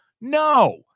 No